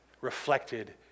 reflected